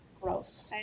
Gross